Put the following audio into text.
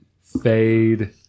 Fade